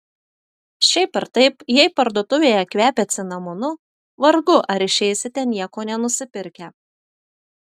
šiaip ar taip jei parduotuvėje kvepia cinamonu vargu ar išeisite nieko nenusipirkę